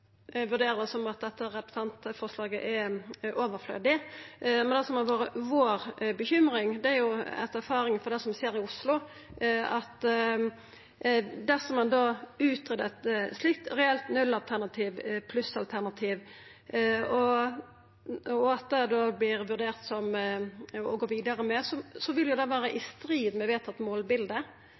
at dette representantforslaget er overflødig, men vår bekymring kjem etter erfaringa med det som skjer i Oslo. Dersom ein utgreier eit slikt reelt null-pluss-alternativ og ein vurderer at ein vil gå vidare med det, vil det vera i strid med det målbildet